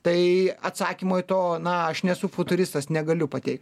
tai atsakymo į to na aš nesu futuristas negaliu pateikti